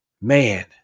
man